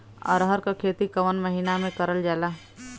अरहर क खेती कवन महिना मे करल जाला?